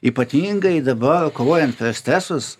ypatingai dabar kovojant prieš stresus